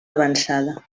avançada